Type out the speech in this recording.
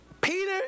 Peter